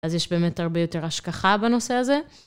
אז יש באמת הרבה יותר השכחה בנושא הזה.